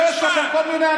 תשלח לי.